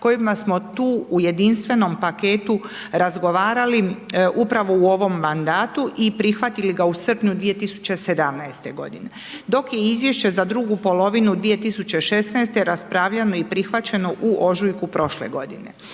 kojima smo tu u jedinstvenom paketu razgovarali upravo u ovom mandatu i prihvatili ga u srpnju 2017. g. dok je izvješće za dugu polovinu 2016. raspravljeno i prihvaćeno u ožujku prošle godine.